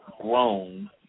grown